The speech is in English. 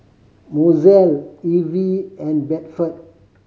Mozelle Evie and Bedford